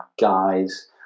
guys